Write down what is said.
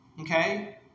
okay